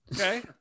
Okay